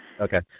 okay